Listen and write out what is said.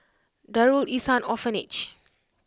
Darul Ihsan Orphanage